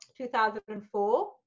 2004